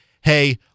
hey